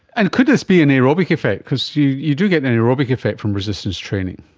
and could this be an aerobic effect? because you you do get an an aerobic effect from resistance training?